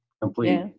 complete